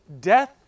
death